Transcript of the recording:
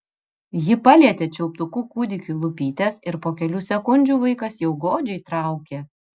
ji palietė čiulptuku kūdikiui lūpytes ir po kelių sekundžių vaikas jau godžiai traukė